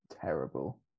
terrible